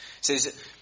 says